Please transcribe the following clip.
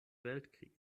weltkriege